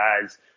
guys